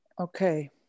Okay